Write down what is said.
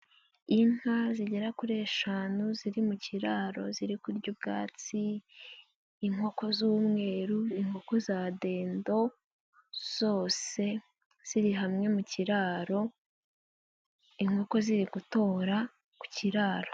Inka zigera kuri eshanu ziri mu kiraro ziri kurya ubwatsi, inkoko z'umweru, inkoko za dendo zose ziri hamwe mu kiraro, inkoko ziri gutora ku kiraro.